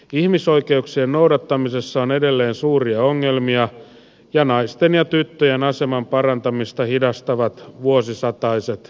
ihmisoikeuksien noudattamisessa on edelleen suuria ongelmia ja naisten ja tyttöjen aseman parantamista hidastavat vuosisataiset asenteet